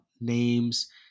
names